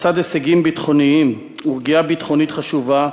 בצד הישגים ביטחוניים ורגיעה ביטחונית חשובה,